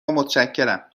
متشکرم